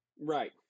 Right